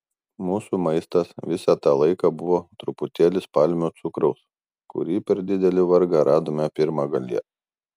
mūsų maistas visą tą laiką buvo truputėlis palmių cukraus kurį per didelį vargą radome pirmagalyje